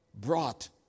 brought